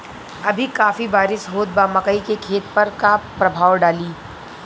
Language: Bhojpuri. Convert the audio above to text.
अभी काफी बरिस होत बा मकई के खेत पर का प्रभाव डालि?